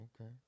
Okay